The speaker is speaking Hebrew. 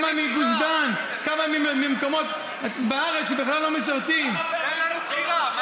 גם לנו בחירה.